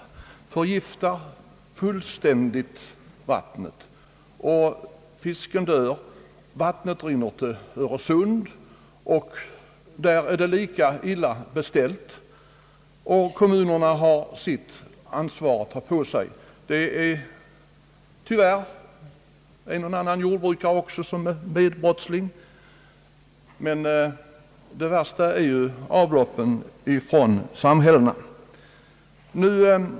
De förgiftar fullständigt vattnet, och fisken dör, Vattnet rinner till Öresund, och där är det lika illa beställt, och kommunerna har sitt ansvar att ta på sig. Tyvärr är också en och annan jordbrukare medbrottsling, men värst är ändå avloppen från samhällena.